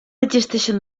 existeixen